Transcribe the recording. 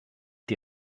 die